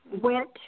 went